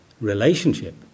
relationship